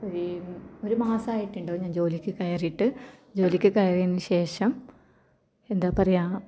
ഒരു ഒരു മാസമായിട്ടുണ്ടാവും ഞാൻ ജോലിക്ക് കയറിയിട്ട് ജോലിക്ക് കയറിയതിന് ശേഷം എന്താണ് പറയുക